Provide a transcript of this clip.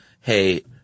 hey –